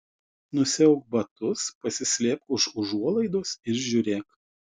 nusiauk batus pasislėpk už užuolaidos ir žiūrėk